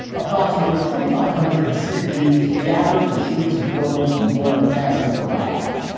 approximately twenty five hundred hasidic jews gathered in the streets of brooklyn to mourn the passing of a rabbi.